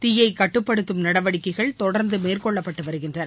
தீயை கட்டுப்படுத்தும் நடவடிக்கைகள் தொடர்ந்து மேற்கொள்ளப்பட்டு வருகின்றன